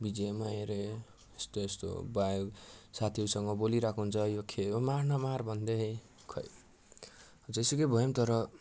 BGMI अरे यस्तो यस्तो साथीहरूसँग बोलिरहेको हुन्छ यो खेल मार न मार भन्दै खोइ जेसुकै भए पनि तर